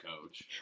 coach